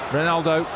Ronaldo